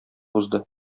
узды